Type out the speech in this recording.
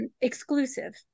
exclusive